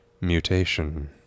mutation